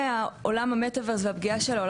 צריך להבין המטה-ורס זה לא משהו דמיוני,